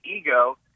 ego